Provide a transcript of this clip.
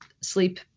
sleep